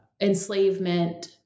enslavement